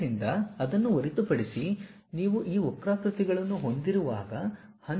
ಆದ್ದರಿಂದ ಅದನ್ನು ಹೊರತುಪಡಿಸಿ ನೀವು ಈ ವಕ್ರಾಕೃತಿಗಳನ್ನು ಹೊಂದಿರುವಾಗ